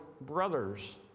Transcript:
brother's